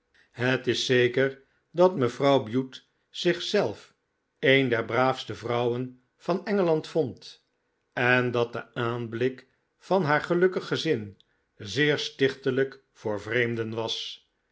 het is zeker dat mevrouw bute zichzelf een der braafste vrouwen van engeland vond en dat de aanblik van haar gelukkig gezin zeer stichtelijk voor vreemden was